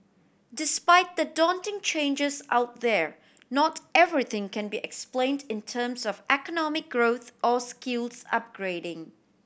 despite the daunting changes out there not everything can be explained in terms of economic growth or skills upgrading